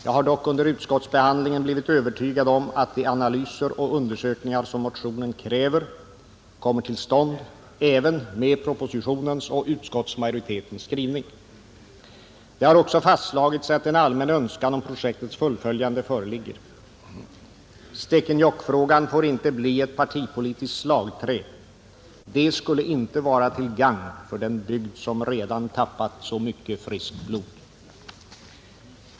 Jag har dock under utskottsbehandlingen blivit övertygad om att de analyser och undersökningar som motionen kräver kommer till stånd även med propositionens och utskottsmajoritetens skrivning, Det har också fastslagits att en allmän önskan om projektets fullföljande föreligger. Stekenjokkfrågan får inte bli ett partipolitiskt slagträ. Det skulle inte vara till gagn för den bygd som redan har tappat så mycket friskt blod.